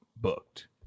booked